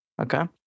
Okay